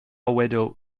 widow